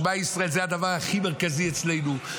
"שמע ישראל" זה הדבר הכי מרכזי אצלנו,